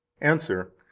Answer